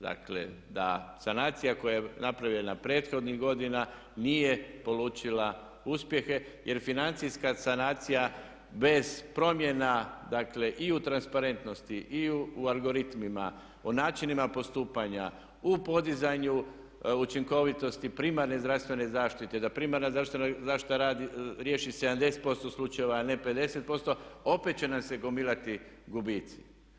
Dakle, da sanacija koja je napravljena prethodnih godina nije polučila uspjehe jer financijska sanacija bez promjena dakle i u transparentnosti i u algoritmima, u načinima postupanja, u podizanju učinkovitosti primarne zdravstvene zaštite da primarna zdravstvena zaštita riješi 70% slučajeva a ne 50% opet će nam se gomilati gubici.